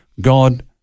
God